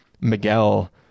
Miguel